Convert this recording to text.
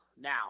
now